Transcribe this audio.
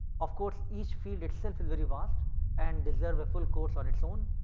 of course, each field itself is very vast and deserve a full course on its own.